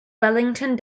wellington